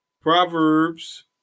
Proverbs